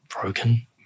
broken